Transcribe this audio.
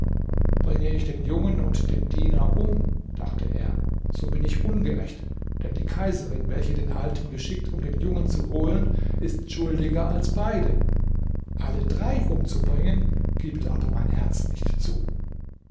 bringe ich den jungen und den diener um dachte er so bin ich ungerecht denn die kaiserin welche den alten geschickt um den jungen zu holen ist schuldiger als beide alle drei umzubringen gibt aber mein herz nicht zu